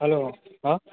hello